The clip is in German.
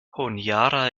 honiara